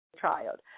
child